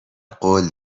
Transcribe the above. قول